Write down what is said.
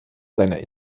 seiner